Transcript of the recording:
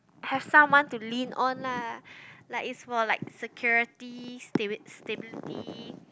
have someone to lean on lah like is for like security stable stability